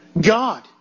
God